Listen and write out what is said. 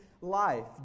life